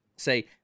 say